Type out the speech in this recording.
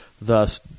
thus